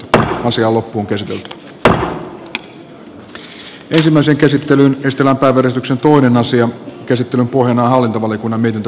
ensin äänestetään mauri pekkarisen ehdotuksesta jari lindströmin ehdotusta vastaan ja sen jälkeen siitä nauttiiko valtioneuvosto eduskunnan luottamusta